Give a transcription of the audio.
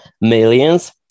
millions